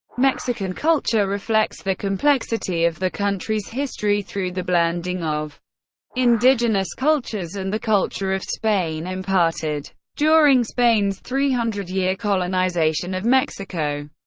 mexican culture reflects the complexity of the country's history through the blending of indigenous cultures and the culture of spain, imparted during spain's three hundred year colonization of mexico.